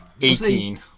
Eighteen